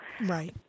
Right